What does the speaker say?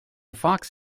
fox